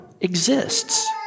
exists